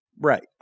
Right